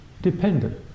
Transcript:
dependent